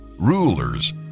rulers